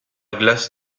glace